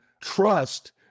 trust